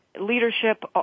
leadership